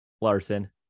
larson